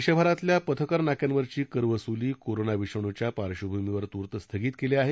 देशभरातल्या पथकर नाक्यांवरची कर वसूली कोरोना विषाणूच्या पार्श्वभूमीवर तूर्त स्थगित केली आहे